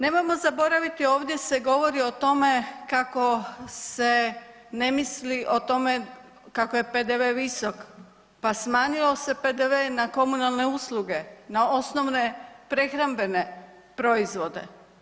Nemojmo zaboraviti ovdje se govori o tome kako se ne misli o tome kako je PDV visok, pa smanjio se PDV na komunalne usluge na osnovne prehrambene proizvode.